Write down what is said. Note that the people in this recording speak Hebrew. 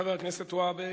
חבר הכנסת והבה.